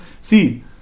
see